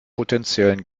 potenziellen